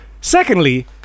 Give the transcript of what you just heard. Secondly